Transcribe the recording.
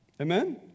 Amen